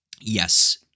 yes